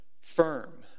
firm